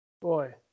Boy